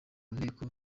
nteko